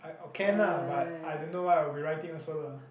I can ah but I don't know what I will be writing also lah